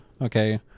okay